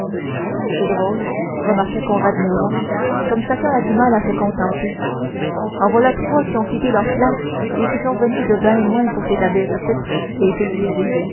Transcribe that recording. c'est drôle remarqua conrad néron comme chacun a du mal à se contenter en voilà trois qui ont quitté leurs places et qui sont venus de ben loin pour s'établir icitte et cultiver